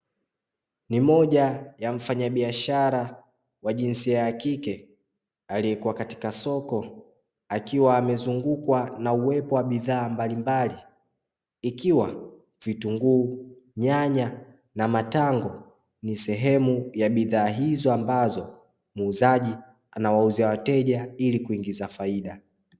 Ni moja ya mfanyabiashara wa jinsia ya kike aliyekua katika soko, akiwa amezungukwa na uwepo wa bidhaa mbalimbali ikiwa vitunguu, nyanya na matango ni sehemu ya bidhaa hizo ambazo muuzaji anawauzia wateja ili kuingiza faida.